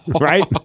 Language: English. Right